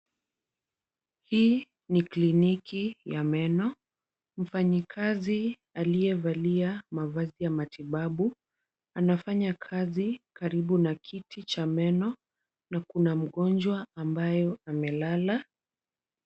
Hii ni kliniki ya meno. Mfanyikazi aliyevalia mavazi ya matibabu, anafanya kazi karibu na kiti cha meno na kuna mgonjwa ambaye amelala.